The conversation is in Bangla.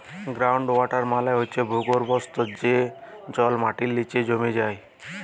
গ্রাউল্ড ওয়াটার মালে হছে ভূগর্ভস্থ যে জল মাটির লিচে যাঁয়ে জমা হয়